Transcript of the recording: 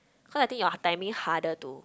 cause I think your timing harder to